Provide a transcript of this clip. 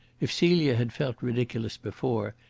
if celia had felt ridiculous before,